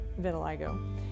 vitiligo